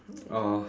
oh